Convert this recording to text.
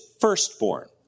firstborn